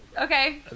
Okay